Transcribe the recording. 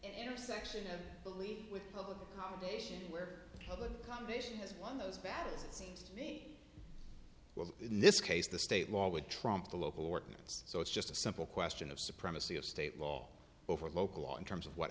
intersection of belief with public accommodation where public combination has won those battles it seems to me well in this case the state law would trump the local ordinance so it's just a simple question of supremacy of state law over local law in terms of what